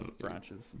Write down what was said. branches